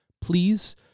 please